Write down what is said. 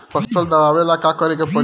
फसल दावेला का करे के परी?